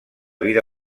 vida